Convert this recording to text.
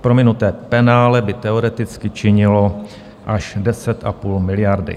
Prominuté penále by teoreticky činilo až 10,5 miliardy.